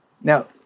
Now